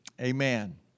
Amen